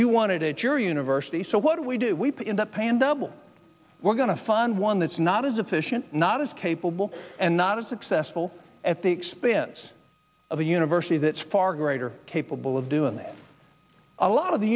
you wanted it your university so what do we do we put in the pan double we're going to find one that's not as efficient not as capable and not as successful at the expense of the university that's far greater capable of doing that a lot of the